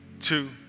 two